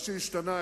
מה השתנה?